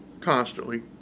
constantly